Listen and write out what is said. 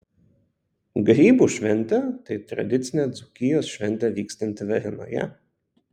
grybų šventė tai tradicinė dzūkijos šventė vykstanti varėnoje